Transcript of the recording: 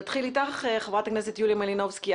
נתחיל איתך, חברת הכנסת יוליה מלינובסקי.